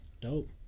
Dope